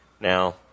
Now